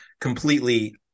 completely